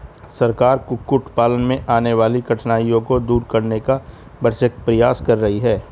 सरकार कुक्कुट पालन में आने वाली कठिनाइयों को दूर करने का भरसक प्रयास कर रही है